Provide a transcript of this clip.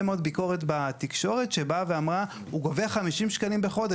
מאוד ביקורת בתקשורת שבאה ואמרה הוא גובה 50 שקלים בחודש.